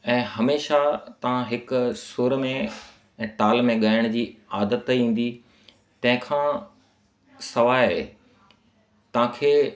ऐं हमेशह तव्हां हिक सुर में ऐं ताल में ॻाइण जी आदति ईंदी तंहिंखां सवाइ तव्हांखे